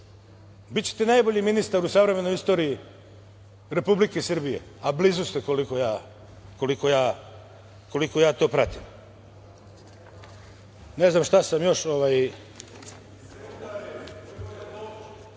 bićete, najbolji ministar u savremenoj istoriji Republike Srbije, a blizu ste koliko ja to pratim.(Poslanici opozicije